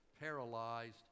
paralyzed